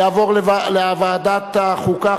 לדיון מוקדם בוועדת החוקה,